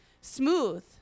smooth